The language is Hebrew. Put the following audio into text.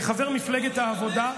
כחבר מפלגת העבודה,